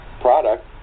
product